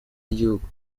w’igihugu